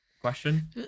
Question